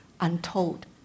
untold